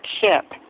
ship